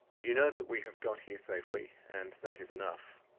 you know that we have got here safely, and that is enough.